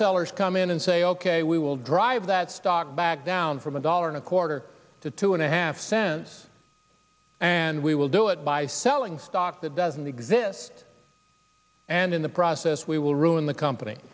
sellers come in and say ok we will drive that stock back down from a dollar and a quarter to two and a half cents and we will do it by selling stock that doesn't exist and in the process we will ruin the company